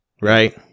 right